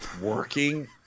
working